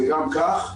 זה גם כך.